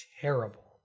terrible